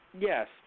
Yes